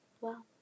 Wow